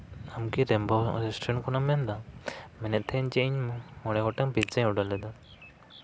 ᱟᱢᱠᱤ ᱨᱮᱢᱵᱳ ᱨᱮᱥᱴᱩᱨᱮᱱᱴ ᱠᱷᱚᱱᱮᱢ ᱢᱮᱱᱫᱟ ᱢᱮᱱᱮᱫ ᱛᱟᱦᱮᱱᱤᱧ ᱢᱚᱬᱮ ᱜᱚᱴᱟᱝ ᱯᱷᱤᱡᱽᱡᱟᱧ ᱚᱰᱟᱨ ᱞᱮᱫᱟ